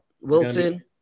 Wilson